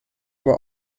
were